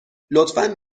لطفا